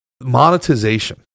Monetization